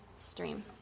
stream